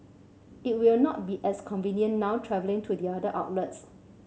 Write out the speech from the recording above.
it will not be as convenient now travelling to the other outlets